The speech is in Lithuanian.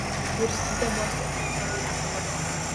jurskytė buvo sekretoriato vadovė